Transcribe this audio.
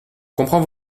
comprends